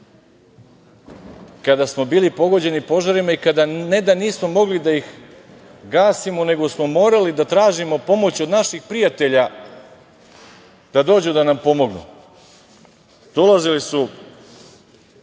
kada smo bili pogođeni požarima i kada, ne da nismo mogli da ih gasimo, nego smo morali da tražimo pomoć od naših prijatelja da dođu da nam pomognu. Dolazili su